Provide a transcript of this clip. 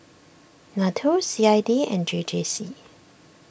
Nato C I D and J J C